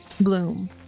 bloom